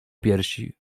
piersi